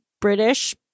British